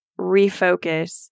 refocus